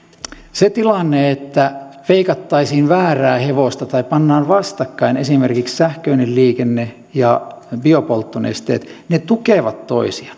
että veikattaisiin väärää hevosta tai pantaisiin vastakkain esimerkiksi sähköinen liikenne ja biopolttonesteet ne tukevat toisiaan